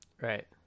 right